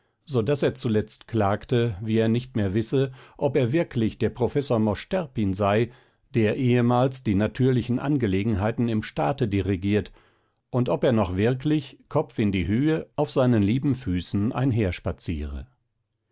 so daß er zuletzt klagte wie er nicht mehr wisse ob er wirklich der professor mosch terpin sei der ehemals die natürlichen angelegenheiten im staate dirigiert und ob er noch wirklich kopf in die höhe auf seinen lieben füßen